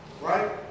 Right